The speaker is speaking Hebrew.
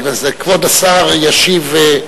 כבוד השר ישיב.